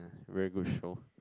very good show